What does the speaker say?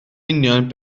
union